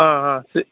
ஆ ஆ